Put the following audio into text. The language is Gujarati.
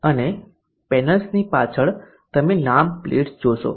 અને પેનલની પાછળ તમે નામ પ્લેટ જોશો